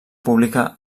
pública